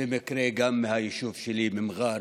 במקרה גם מהיישוב שלי, ממע'אר,